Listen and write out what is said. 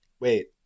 Wait